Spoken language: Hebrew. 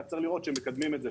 רק צריך לראות שמקדמים את זה,